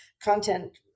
content